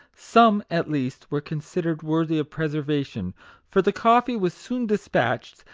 some, at least, were considered worthy of preservation for the coffee was soon despatched,